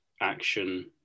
action